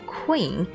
queen